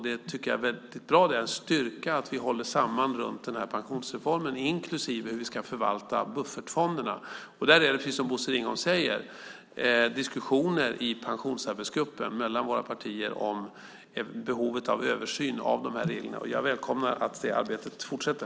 Det är bra och en styrka att vi håller samman när det gäller pensionsreformen, inklusive hur vi ska förvalta buffertfonderna. Där är det, precis som Bosse Ringholm säger, diskussioner i pensionsarbetsgruppen mellan våra partier om behovet av en översyn av dessa regler. Jag välkomnar att det arbetet fortsätter.